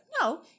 No